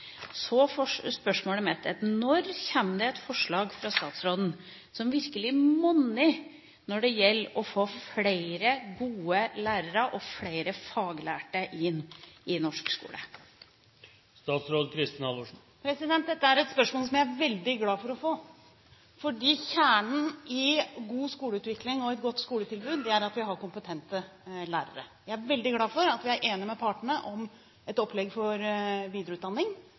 Så er spørsmålet mitt: Når kommer det et forslag fra statsråden som virkelig monner når det gjelder å få flere gode lærere og flere faglærte inn i norsk skole? Dette er et spørsmål som jeg er veldig glad for å få, for kjernen i god skoleutvikling og et godt skoletilbud er at vi har kompetente lærere. Jeg er veldig glad for at vi er enig med partene om et opplegg for videreutdanning